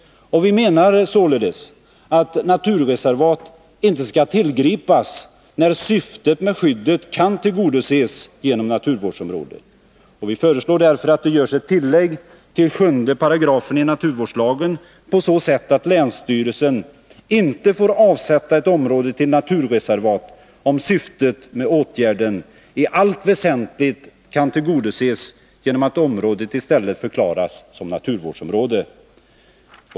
Vi menar således att inrättande av naturreservat inte skall tillgripas när syftet med skyddet kan tillgodoses genom naturvårdsområde. Vi föreslår därför att det görs ett tillägg till 7 § i naturvårdslagen på så sätt att länsstyrelsen inte får avsätta ett område till naturreservat om syftet med åtgärden i allt väsentligt kan tillgodoses genom att området i stället förklaras som naturvårdsområde.